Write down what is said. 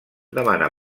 demanà